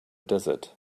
desert